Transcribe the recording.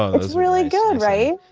it's really good, right?